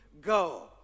go